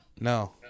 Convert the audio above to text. No